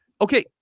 okay